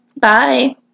Bye